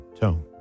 tone